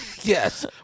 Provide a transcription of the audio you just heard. Yes